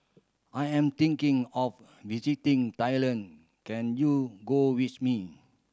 I am thinking of visiting Thailand can you go with me